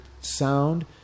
sound